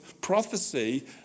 prophecy